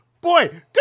boy